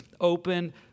open